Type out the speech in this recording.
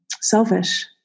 selfish